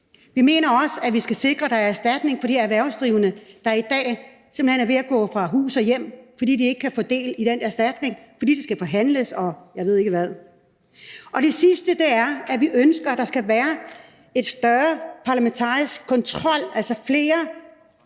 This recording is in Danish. Vi mener også, at vi skal sikre, at der er erstatning til de erhvervsdrivende, der i dag simpelt hen er ved at gå fra hus og hjem, fordi de ikke kan få del i den erstatning, fordi det skal forhandles, og jeg ved ikke hvad. Det sidste er, at vi ønsker, at der skal være en større parlamentarisk kontrol, altså at der